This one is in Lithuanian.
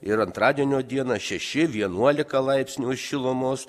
ir antradienio dieną šeši vienuolika laipsnių šilumos